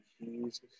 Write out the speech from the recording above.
Jesus